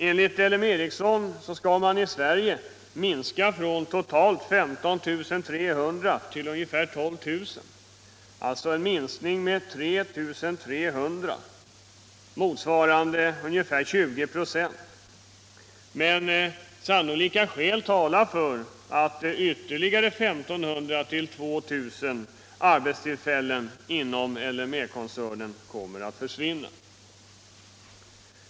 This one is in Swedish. Enligt L M Ericsson skall man i Sverige minska antalet anställda från totalt 15 300 till ungefär 12 000 — en minskning med 3 300, motsvarande ungefär 20 26. Men sannolika skäl talar för att ytterligare 1 500-2 000 arbetstillfällen inom L M Ericsson-koncernen kommer att försvinna.